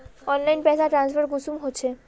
Online पैसा transfer कुंसम होचे?